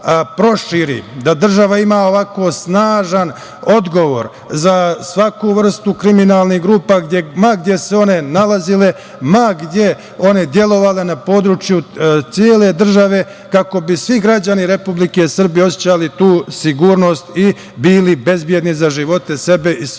da država ima snažan odgovor za svaku vrstu kriminalnih grupa, ma gde se one nalazile, ma gde one delovale na području cele države, kako bi svi građani Republike Srbije osećali sigurnost i bili bezbedni za živote sebe i svojih